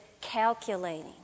calculating